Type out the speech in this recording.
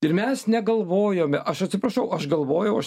ir mes negalvojome aš atsiprašau aš galvojau aš